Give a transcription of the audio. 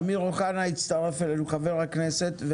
אמיר אוחנה חבר הכנסת הצטרף אלינו,